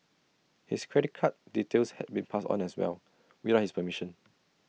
his credit card details had been passed on as well without his permission